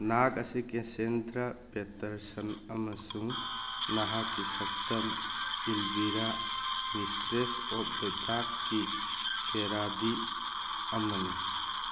ꯅꯍꯥꯛ ꯑꯁꯤ Cassandra Patterson ꯑꯃꯁꯨꯡ ꯅꯍꯥꯛꯀꯤ ꯁꯛꯇꯝ ꯏꯜꯕꯤꯔꯥ ꯃꯤꯁꯇ꯭ꯔꯦꯁ ꯑꯣꯐ ꯗ ꯗꯥꯛꯀꯤ ꯄꯦꯔꯥꯗꯤ ꯑꯃꯅꯤ